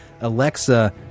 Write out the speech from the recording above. alexa